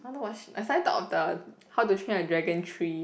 I want to watch I suddenly thought of the How to Train a Dragon Three